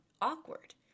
awkward